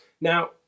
Now